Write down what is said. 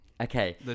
Okay